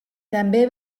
també